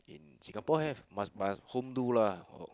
in Singapore have must must home do lah